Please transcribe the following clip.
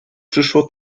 przyszło